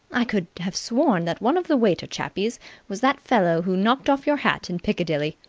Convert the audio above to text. i could have sworn that one of the waiter-chappies was that fellow who knocked off your hat in piccadilly.